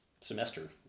semester